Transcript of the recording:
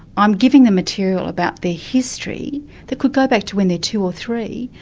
i'm giving them material about their history that could go back to when they're two or three,